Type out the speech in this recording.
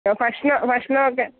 ഭക്ഷണമോ ഭക്ഷണമൊക്കെയോ